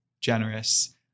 generous